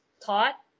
taught